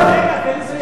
רגע, תן לי לסיים.